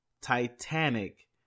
Titanic